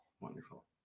Wonderful